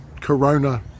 corona